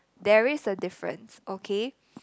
there is a difference okay